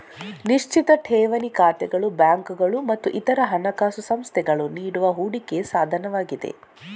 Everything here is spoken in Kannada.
ನಿಶ್ಚಿತ ಠೇವಣಿ ಖಾತೆಗಳು ಬ್ಯಾಂಕುಗಳು ಮತ್ತು ಇತರ ಹಣಕಾಸು ಸಂಸ್ಥೆಗಳು ನೀಡುವ ಹೂಡಿಕೆ ಸಾಧನವಾಗಿದೆ